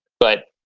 but,